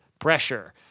pressure